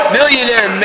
Millionaire